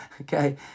Okay